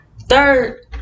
Third